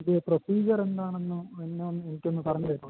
ഇതേ പ്രൊസീജിയർ എന്താണെന്നും എല്ലാം എനിക്കൊന്ന് പറഞ്ഞ് തരുമോ